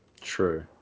True